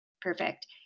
Perfect